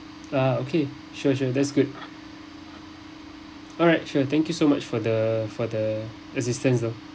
uh okay sure sure that's good alright sure thank you so much for the for the assistance lor